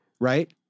right